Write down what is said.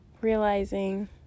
realizing